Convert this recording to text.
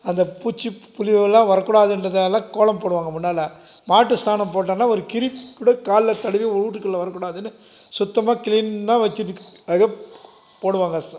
அந்த பூச்சு புழுயெல்லாம் வரக்கூடாதுன்றதுனால தான் கோலம் போடுவாங்க முன்னால் மாட்டு சாணம் போட்டோம்னா ஒரு கிருமி கூட காலில் தடவி உன் வீட்டுக்குள்ளே வரக் கூடாதுனு சுத்தமாக கிளீனாக வச்சுகிறதுக்காக போடுவாங்க